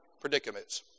predicaments